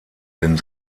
denn